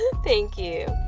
and thank you